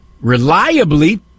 reliably